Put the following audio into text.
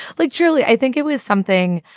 like julie i think it was something,